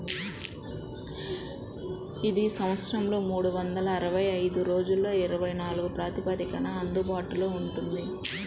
ఇది సంవత్సరంలో మూడు వందల అరవై ఐదు రోజులలో ఇరవై నాలుగు ప్రాతిపదికన అందుబాటులో ఉంటుంది